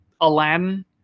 aladdin